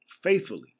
faithfully